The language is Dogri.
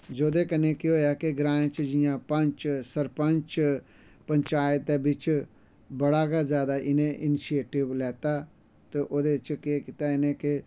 जेह्दे कन्ने केह् होआ कि ग्राएं जियां पंच सरपंच पंचायत दै बिच्च बड़ा गै जादा इनै इनिशेटिव लैता ते ओह्दे बिच्च केह् कीता इनै के